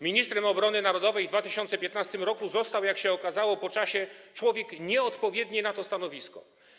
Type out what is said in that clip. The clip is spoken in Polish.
Ministrem obrony narodowej w 2015 r. został, jak się okazało po czasie, człowiek nieodpowiedni na to stanowisko.